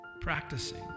Practicing